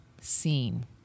seen